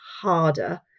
harder